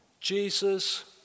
Jesus